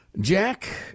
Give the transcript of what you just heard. Jack